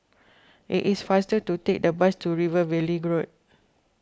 it is faster to take the bus to River Valley Groad